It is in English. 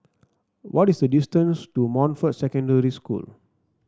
what is the distance to Montfort Secondary School